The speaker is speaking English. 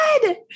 good